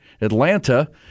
Atlanta